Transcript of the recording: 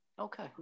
Okay